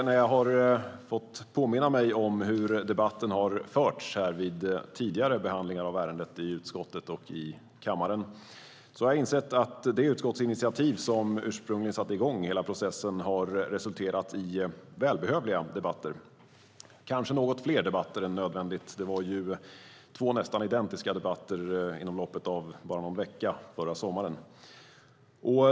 När jag har påmint mig om hur debatten förts vid tidigare behandlingar av ärendet i utskottet och i kammaren har jag insett att det utskottsinitiativ som ursprungligen satte i gång hela processen har resulterat i välbehövliga debatter, kanske något fler debatter än nödvändigt. Det var två nästan identiska debatter inom loppet av bara någon vecka förra sommaren.